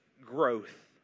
growth